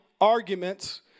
arguments